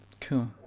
Cool